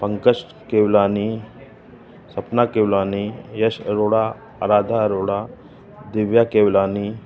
Pankaj Kewlani Sapna Kewlani Yash Arora Aaradhya Arora Divya Kewalani